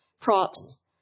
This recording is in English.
props